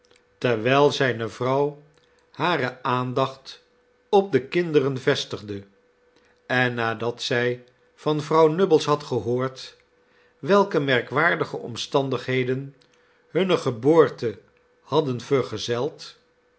terwijl zijne vrouw hare aandacht op de kinderen vestigde en nadat zij van vrouw nubbles had gehoord welke merkwaardige omstandigheden hunne geboorte hadden vergezeld